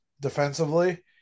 defensively